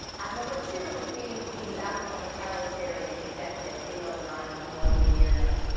and number two has been the lack of a power-sharing executive in northern ireland for more than a year now.